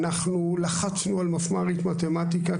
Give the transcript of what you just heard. אנחנו לחצנו על מפמ"רית מתמטיקה,